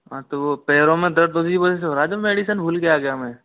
हाँ तो वो पैरों में दर्द उसी की वजह से हो रहा है जो मेडिसिन भूल के आ गया मैं